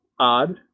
odd